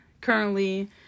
currently